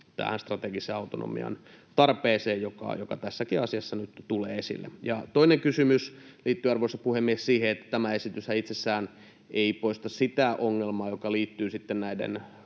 strategisen autonomian tarpeeseen, joka tässäkin asiassa nyt tulee esille. Toinen kysymys liittyy, arvoisa puhemies, siihen, että tämä esityshän itsessään ei poista sitä ongelmaa, joka liittyy sitten